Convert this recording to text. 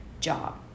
job